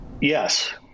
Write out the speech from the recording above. Yes